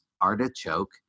artichoke